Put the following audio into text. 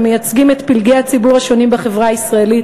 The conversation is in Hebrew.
המייצגים את פלגי הציבור השונים בחברה הישראלית,